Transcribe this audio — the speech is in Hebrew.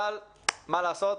אבל מה לעשות,